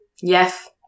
Yes